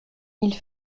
ils